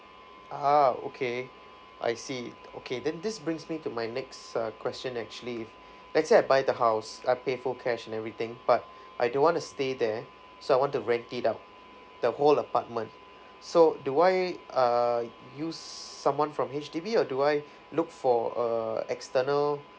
ah okay I see okay then this brings me to my next uh question actually let's say I buy the house I pay full cash and everything but I don't want to stay there so I want to rent it out the whole apartment so do I uh use someone from H_D_B or do I look for a external